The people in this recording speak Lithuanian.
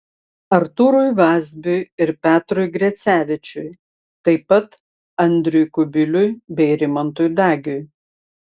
artūrui vazbiui ir petrui grecevičiui taip pat andriui kubiliui bei rimantui dagiui